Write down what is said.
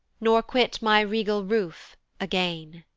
nor quit my regal roof again.